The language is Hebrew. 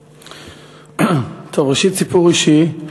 טוב, ראשית, סיפור אישי.